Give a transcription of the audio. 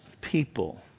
people